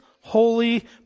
holy